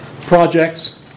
projects